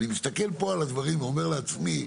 אני מסתכל פה על הדברים ואומר לעצמי,